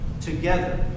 together